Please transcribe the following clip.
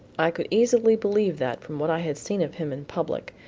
i could easily believe that from what i had seen of him in public,